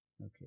Okay